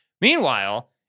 Meanwhile